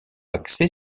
axée